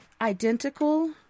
identical